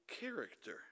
character